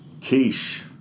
quiche